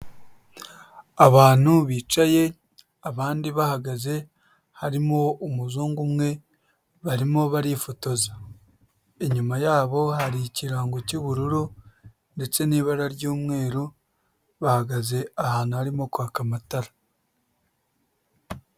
Abantu bicaye abandi bahagaze, harimo umuzungu umwe barimo barifotoza, inyuma yabo hari ikirango cy'ubururu ndetse n'ibara ry'umweru, bahagaze ahantu harimo kwaka amatara.